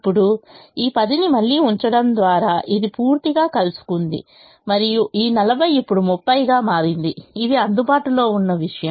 ఇప్పుడు ఈ 10 ని మళ్ళీ ఉంచడం ద్వారా ఇది పూర్తిగా కలుసుకుంది మరియు ఈ 40 ఇప్పుడు 30 గా మారింది ఇది అందుబాటులో ఉన్న విషయం